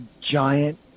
giant